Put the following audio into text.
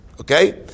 Okay